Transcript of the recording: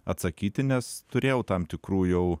atsakyti nes turėjau tam tikrų jau